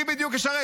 מה בדיוק ישרת?